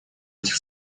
этих